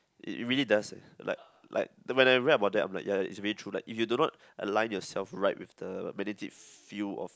it it really does eh like like when I read about that I'm like ya it's really true like if you do not align yourself right with the magnetic field of